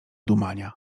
dumania